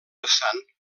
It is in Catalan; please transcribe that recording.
vessant